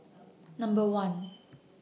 Number one